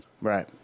Right